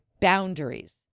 boundaries